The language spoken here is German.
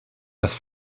das